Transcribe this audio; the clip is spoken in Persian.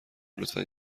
لطفا